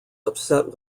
upset